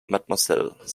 mademoiselle